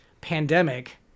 pandemic